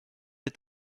est